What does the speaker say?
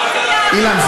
אילן,